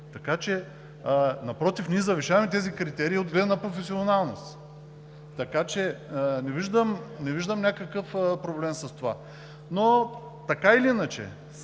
Така че, напротив, завишаваме тези критерии от гледна точка на професионалност. Така че не виждам някакъв проблем с това. Но така или иначе